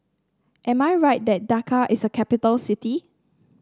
am I right that Dhaka is a capital city